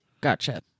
Gotcha